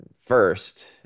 first